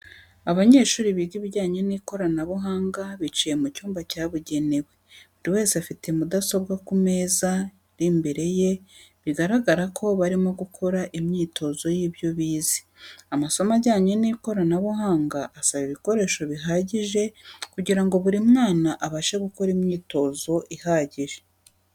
Abanyeshuri biga ibijyanye n'ikoranabuhanga bicaye mu cyumba cyabugenewe buri wese afite mudasobwa ku meza ari imbere ye bigaragara ko barimo gukora imyitozo y'ibyo bize. Amasomo ajyanye n'ikoranabuhanga asaba ibikoreso bihagije kugira ngo buri mwana abashe gukora imyitozo ihagije.